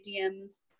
DMs